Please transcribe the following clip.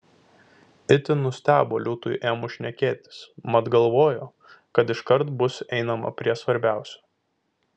itin nustebo liūtui ėmus šnekėtis mat galvojo kad iškart bus einama prie svarbiausio